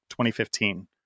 2015